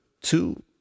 two